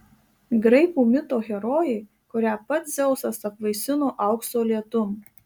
graikų mito herojė kurią pats dzeusas apvaisino aukso lietum